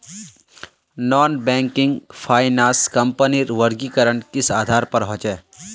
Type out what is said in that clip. Non banking finance कंपनीर वर्गीकरण किस आधार पर होचे?